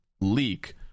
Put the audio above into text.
leak